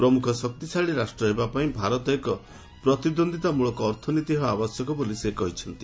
ପ୍ରମୁଖ ଶକ୍ତିଶାଳୀ ରାଷ୍ଟ୍ର ହେବା ପାଇଁ ଭାରତ ଏକ ପ୍ରତିଦୃନ୍ଦିତାମଳକ ଅର୍ଥନୀତି ହେବା ଆବଶ୍ୟକ ବୋଲି ସେ କହିଛନ୍ତି